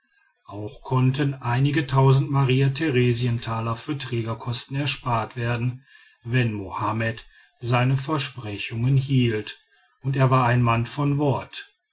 auch konnten einige tausend mariatheresientaler für trägerkosten erspart werden wenn mohammed seine versprechungen hielt und er war ein mann von wort